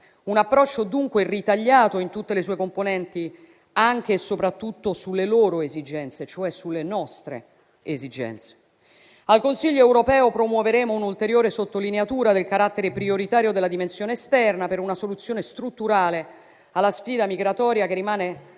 un approccio ritagliato in tutte le sue componenti, anche e soprattutto sulle loro esigenze, cioè sulle nostre esigenze. Al Consiglio europeo promuoveremo un'ulteriore sottolineatura del carattere prioritario della dimensione esterna per una soluzione strutturale alla sfida migratoria, che rimane